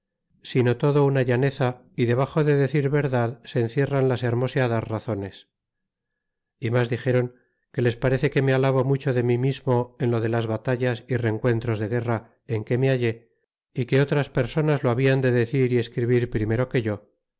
sino todo una llaneza y dehaxo de decir verdad se encierran las hermoseadas razones y mas dixeron que les parece que me alabo mucho de mí mismo en lo de las batallas y rencuentros de guerra en que me hallé y que otras personas lo hablan de decir y escribir primero que yo